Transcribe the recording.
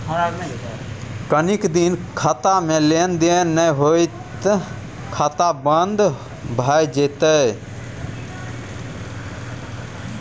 कनी दिन खातामे लेन देन नै हेतौ त खाता बन्न भए जेतौ